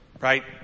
right